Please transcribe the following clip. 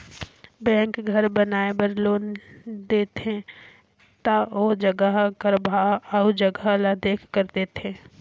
bank घर बनाए बर लोन देथे ता ओ जगहा कर भाव अउ जगहा ल देखकर देथे